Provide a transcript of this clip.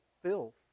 Filth